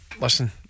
listen